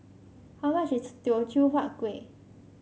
how much is Teochew Huat Kueh